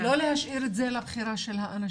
לא להשאיר את זה לבחירה של האנשים.